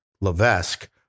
Levesque